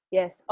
Yes